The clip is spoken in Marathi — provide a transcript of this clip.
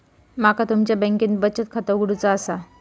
माका तुमच्या बँकेत बचत खाता उघडूचा असा?